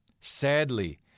sadly